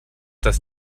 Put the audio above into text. das